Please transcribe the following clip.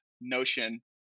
notion